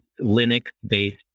Linux-based